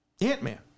Ant-Man